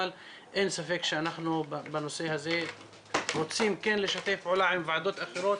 אבל אין ספק שבנושא הזה אנחנו רוצים כן לשתף פעולה עם ועדות אחרות